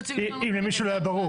אם למישהו לא היה ברור.